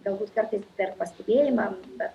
galbūt kartais per paskubėjimą bet